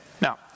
Now